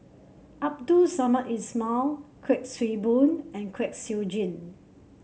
Abdul Samad Ismail Kuik Swee Boon and Kwek Siew Jin